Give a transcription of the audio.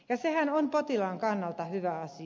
ja sehän on potilaan kannalta hyvä asia